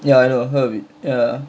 ya I know heard of it ya